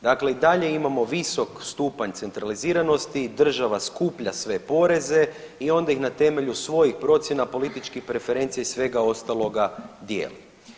Dakle i dalje imamo visok stupanj centraliziranosti, država skuplja sve poreze i onda ih na temelju svojih procjena političkih preferencija i svega ostaloga, dijeli.